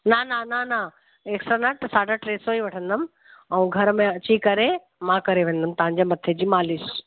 न न न न हिकु सौ न साढा टे सौ ई वठंदमि ऐं घर में अची करे मां करे वेंदमि तव्हांजे मथां जी मालिश